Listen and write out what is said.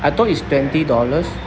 I thought it's twenty dollars